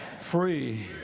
free